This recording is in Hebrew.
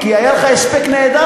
כי היה לך הספק נהדר,